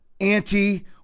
anti